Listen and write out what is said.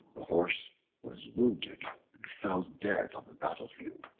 the horse was wounded and fell dead on the battlefield.